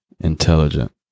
intelligent